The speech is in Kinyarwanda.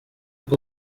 bwo